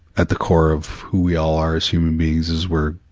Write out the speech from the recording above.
at the core of who we all are as human beings is we're,